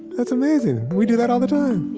it's amazing. we do that all the time.